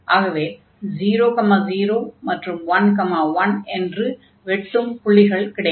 ஆகவே 00 மற்றும் 11 என்ற வெட்டும் புள்ளிகள் கிடைக்கும்